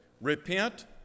Repent